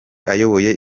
ayoboye